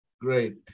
Great